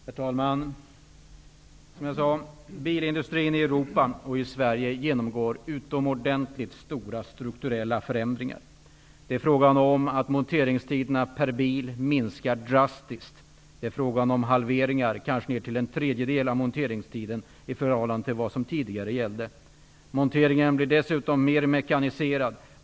Herr talman! Som jag sade genomgår bilindustrin i Europa och Sverige utomordentligt stora strukturella förändringar. Monteringstiderna per bil minskar drastiskt; det är fråga om hälften, kanske ned till en tredjedel, av monteringstiden i förhållande till vad som tidigare gällde. Monteringen blir dessutom mer mekaniserad.